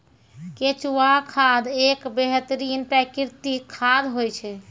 केंचुआ खाद एक बेहतरीन प्राकृतिक खाद होय छै